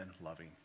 loving